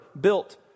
built